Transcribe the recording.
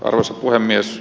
arvoisa puhemies